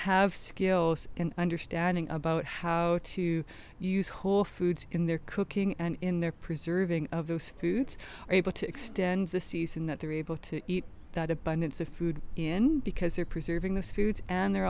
have skills in understanding about how to use whole foods in their cooking and in their preserving of those foods are able to extend the season that they're able to eat that abundance of food in because they're preserving this food and they're